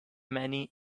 many